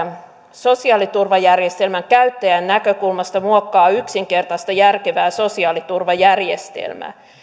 sosiaaliturvajärjestelmän käyttäjän näkökulmasta muokkaamaan yksinkertaista järkevää sosiaaliturvajärjestelmää